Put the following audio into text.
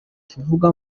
tuvuga